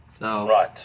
Right